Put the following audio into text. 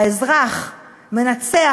האזרח מנצח,